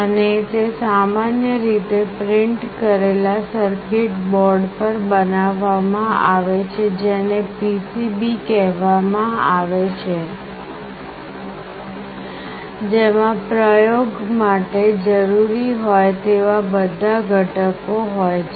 અને તે સામાન્ય રીતે પ્રિન્ટ કરેલા સર્કિટ બોર્ડ પર બનાવવામાં આવે છે જેને PCB કહેવામાં આવે છે જેમાં પ્રયોગ માટે જરૂરી હોય તેવા બધા ઘટકો હોય છે